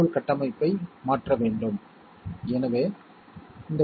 இல்லை A XOR B